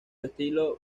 estilo